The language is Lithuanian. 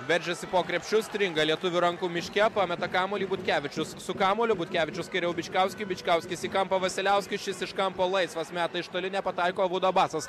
veržiasi po krepšiu stringa lietuvių rankų miške pameta kamuolį butkevičius su kamuoliu butkevičiaus geriau bičkauskui bičkauskas į kampą vasiliauskui šis iš kampo laisvas meta iš toli nepataiko hudo abasas